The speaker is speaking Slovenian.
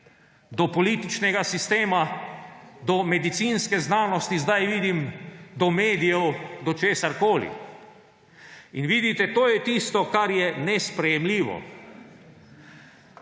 Do političnega sistema, do medicinske znanosti, zdaj vidim, do medijev, do česarkoli. In vidite, to je tisto, kar je nesprejemljivo.